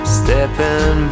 stepping